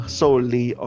solely